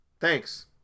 thanks